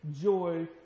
joy